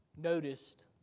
noticed